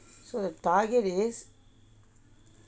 so the target is